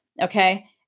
okay